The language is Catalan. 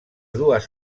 dues